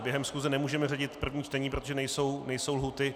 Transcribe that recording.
Během schůze nemůžeme řadit první čtení, protože nejsou lhůty.